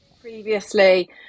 previously